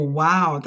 wow